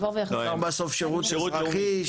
אפשר בסוף שירות לאומי,